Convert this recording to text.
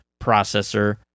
processor